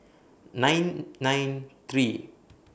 nine nine three